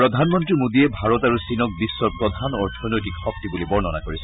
প্ৰধানমন্ত্ৰী মোদীয়ে ভাৰত আৰু চীনক বিশ্বৰ প্ৰধান অৰ্থনৈতিক শক্তি বুলি বৰ্ণনা কৰিছে